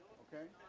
okay?